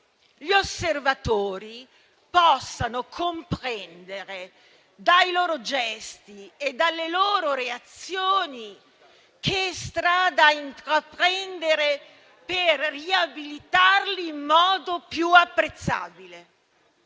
gli osservatori possano comprendere, dai loro gesti e dalle loro reazioni, che strada intraprendere per riabilitarli in modo più apprezzabile.